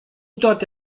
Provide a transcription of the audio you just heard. toate